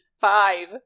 Five